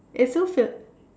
it's so